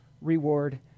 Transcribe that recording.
reward